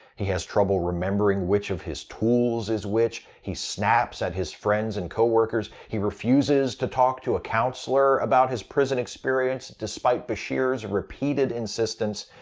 he has trouble remembering which of his tools is which, he snaps at his friends and co-workers, he refuses to talk to a counselor about his prison experience despite bashir's repeated insistence.